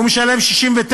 הוא משלם 69,